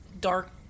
dark